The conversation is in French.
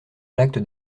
l’acte